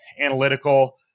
analytical